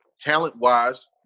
talent-wise